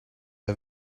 are